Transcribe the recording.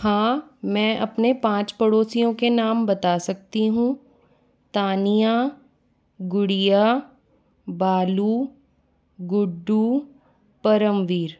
हाँ मैं अपने पाँच पड़ोसियों के नाम बता सकती हूँ तानिया गुड़िया बालू गुड्डू परमवीर